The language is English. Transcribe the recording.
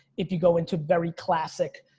if you go into very classic,